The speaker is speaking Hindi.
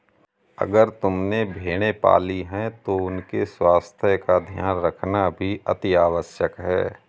अगर तुमने भेड़ें पाली हैं तो उनके स्वास्थ्य का ध्यान रखना भी अतिआवश्यक है